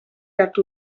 hartu